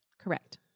Correct